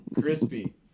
Crispy